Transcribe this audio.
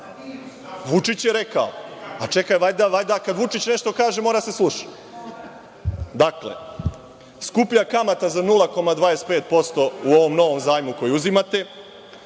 Vučić je rekao. Čekaj, valjda kad Vučić nešto kaže, mora da se sluša. Dakle, skuplja kamata za 0,25% u ovom novom zajmu koji uzimate.